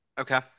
Okay